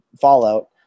Fallout